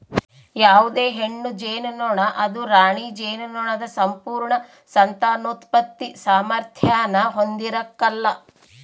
ಯಾವುದೇ ಹೆಣ್ಣು ಜೇನುನೊಣ ಅದು ರಾಣಿ ಜೇನುನೊಣದ ಸಂಪೂರ್ಣ ಸಂತಾನೋತ್ಪತ್ತಿ ಸಾಮಾರ್ಥ್ಯಾನ ಹೊಂದಿರಕಲ್ಲ